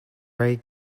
ray